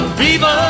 viva